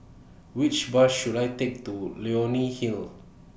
Which Bus should I Take to Leonie Hill